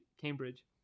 Cambridge